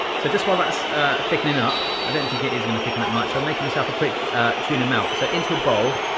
so just while that's thickenin' up, i don't think it is gonna thicken that much, i'm makin' myself a quick tuna melt. so into a bowl,